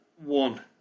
one